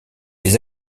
des